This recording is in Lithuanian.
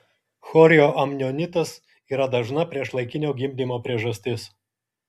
chorioamnionitas yra dažna priešlaikinio gimdymo priežastis